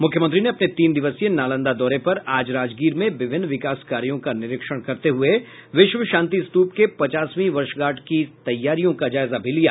मुख्यमंत्री ने अपने तीन दिवसीय नालंदा दौरे पर आज राजगीर में विभिन्न विकास कार्यों का निरीक्षण करते हुए विश्व शांति स्तूप के पचासवीं वर्षगांठ की तैयारियों का जायजा भी लिया